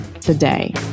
today